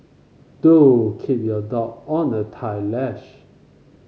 do keep your dog on a tight leash